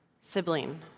sibling